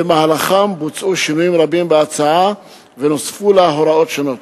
ובמהלכם בוצעו שינויים רבים בהצעה ונוספו לה הוראות שונות.